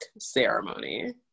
ceremony